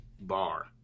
bar